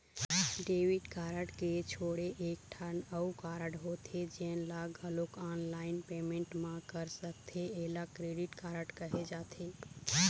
debit card के छोड़े एकठन अउ कारड होथे जेन ल घलोक ऑनलाईन पेमेंट म कर सकथे एला क्रेडिट कारड कहे जाथे